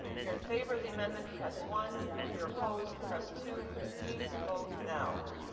if you're in favor of the amendment, press one. if you're opposed, press two. please vote now.